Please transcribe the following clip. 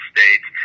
States